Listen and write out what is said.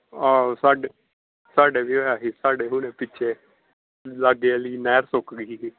ਆਹ ਸਾਡੇ ਸਾਡੇ ਵੀ ਹੋਇਆ ਸੀ ਸਾਡੇ ਹੁਣ ਪਿੱਛੇ ਲਾਗੇ ਵਾਲੀ ਨਹਿਰ ਸੁੱਕ ਗਈ ਸੀਗੀ